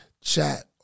chat